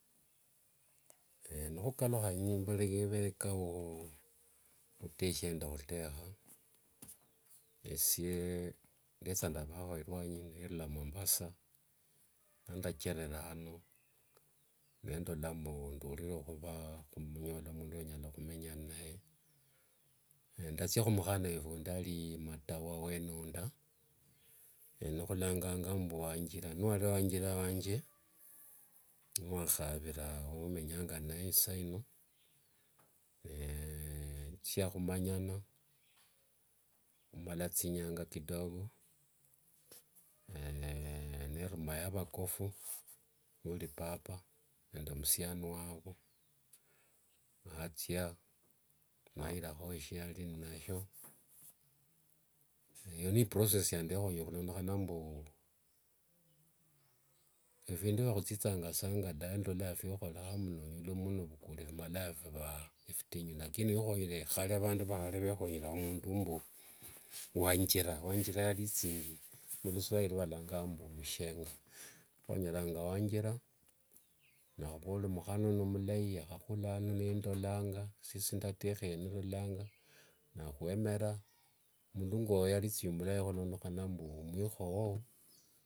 vureka wa khuteshia nende khutekha, esie ndetha ndavakho eruanyi nindula mombasa. Luandachererano, nendola mbu ndulire khuva, khunyola mundu wimenya inaye. ndathia khumukhana wefu wundi ali matawa wenonda, eno khulanganga mbu wanjira. Niwali wanjira wanje, niwakhavira ewemenyanga inaye isaino nikhuthia khumanyana, khumala thinyanga kidogo naye nerumayo vakofu, wuli papa nende musiani wavu, nathia nzairakho shiali inashio. Eyo n iprocess yendekhonyera khulondekhana mbu ephindu fya khuthithangasa ngwalandola fwekhorekha mbu olola mundu novukhule phimalanga phiva ephitinyu. Lakini niwikhonyera khale vandu va khale vekhonyeranga mundu mbu wanjira, wanjira yalithingi muluswakhiri valanganga mbu mshenga. khonyeranga wanjira, nakhuvera mbu mukhana uno n mlai, yakhakhulirano nendolanga mbu mwikhowo.